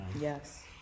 Yes